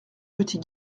petit